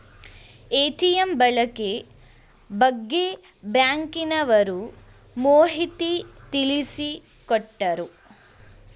ATM ಬಳಕೆ ಬಗ್ಗೆ ಬ್ಯಾಂಕಿನವರು ಮಾಹಿತಿ ತಿಳಿಸಿಕೊಟ್ಟರು